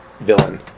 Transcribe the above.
villain